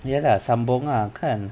ya lah sambung lah kan